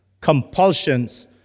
compulsions